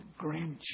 Grinch